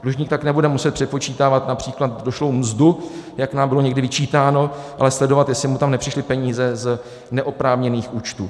Dlužník tak nebude muset přepočítávat například došlou mzdu, jak nám bylo někdy vyčítáno, ale sledovat, jestli mu tam nepřišly peníze z neoprávněných účtů.